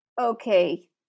Okay